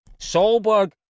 Solberg